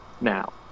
now